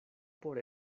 por